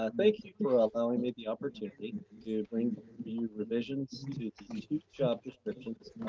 ah thank you for allowing me the opportunity to bring the revisions to job descriptions,